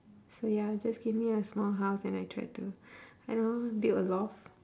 so ya just give me a small house and I try to I don't know build a loft